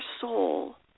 soul